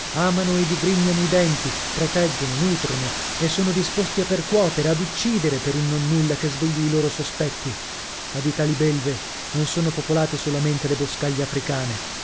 amano e digrignano i denti proteggono nutrono e sono disposti a percuotere ad uccidere per un nonnulla che svegli i loro sospetti ma di tali belve non sono popolate solamente le boscaglie africane